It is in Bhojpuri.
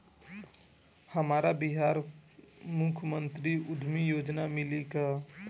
हमरा बिहार मुख्यमंत्री उद्यमी योजना मिली का?